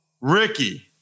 Ricky